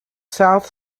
south